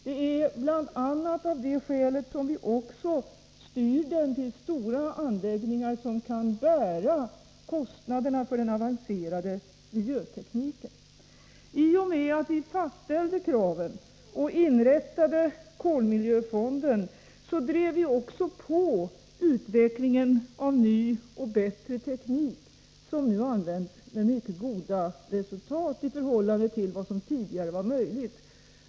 Det är bl.a. av det skälet som vi också styr kolanvändningen till stora anläggningar som kan bära kostnaderna för den avancerade miljötekniken. I och med att vi fastställde kraven och inrättade kolmiljöfonden drev vi också på utvecklingen av ny och bättre teknik, som nu används med mycket goda resultat i förhållande till vad som tidigare var möjligt.